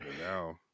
now